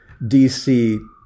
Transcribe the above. dc